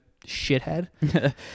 shithead